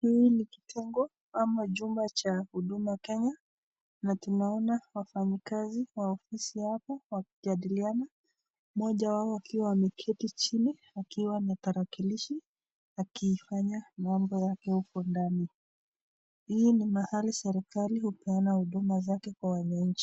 Hii ni kitengo ama jumba cha Huduma Kenya na tunaona wafanyakazi wa ofisi hapo wakijadiliana mmoja wao akiwa ameketi chini akiwa na tarakilishi akifanya mambo yake huko ndani. Hii ni mahali serikali hupeana huduma zake kwa wananchi.